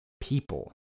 people